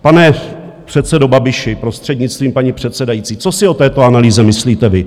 Pane předsedo Babiši, prostřednictvím paní předsedající, co si o této analýze myslíte vy?